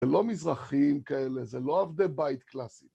‫זה לא מזרחים כאלה, ‫זה לא עבדי בית קלאסי.